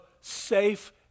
safe